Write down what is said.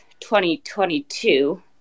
2022